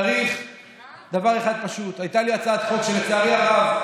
צריך דבר אחד פשוט: הייתה לי הצעת חוק שלצערי הרב,